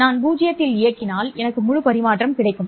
நான் பூஜ்ஜியத்தில் இயங்கினால் எனக்கு முழு பரிமாற்றம் கிடைக்கும்